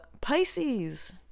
Pisces